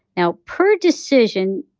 now, per decision,